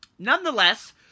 Nonetheless